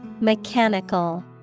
Mechanical